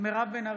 מירב בן ארי,